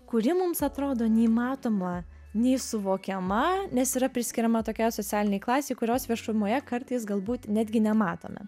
kuri mums atrodo nei matoma nei suvokiama nes yra priskiriama tokiai socialinei klasei kurios viešumoje kartais galbūt netgi nematome